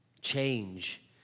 Change